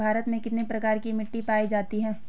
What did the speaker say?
भारत में कितने प्रकार की मिट्टी पाई जाती हैं?